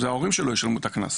זה ההורים שלו ישלמו את הקנס,